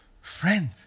friend